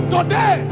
Today